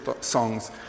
songs